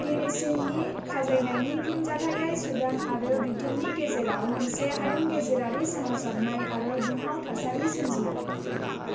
गिबन्सनि खाजानायनि फिनजाथायै सुडान आरो ब्रिटेननि गेजेराव मोनसे हायुं गेजेरारि सोमावसारनाय आरो दुंहाव थासारि सोमोजियो